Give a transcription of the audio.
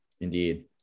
indeed